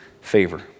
favor